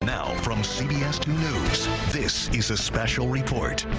now from cbs two news this is a special report!